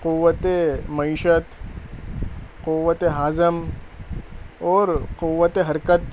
قوتِ معیشت قوتِ ہاضم اور قوتِ حرکت